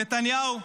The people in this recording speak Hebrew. נתניהו,